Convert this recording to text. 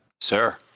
sir